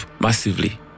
massively